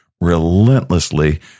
relentlessly